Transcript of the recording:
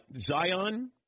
Zion